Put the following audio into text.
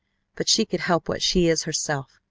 but she could help what she is herself.